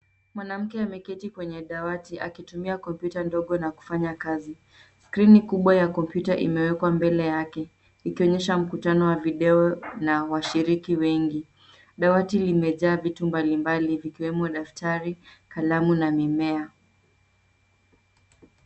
Mwanamke ameketi kwenye dawati akitumia kompyuta ndogo na kufanya kazi. Skrini kubwa ya kompyuta imewekwa mbele yake, ikionyesha mkutano wa video na washiriki wengi. Dawati limejaa vitu mbalimbali vikiwemo daftari, kalamu na mimea.